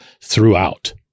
throughout